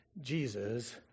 Jesus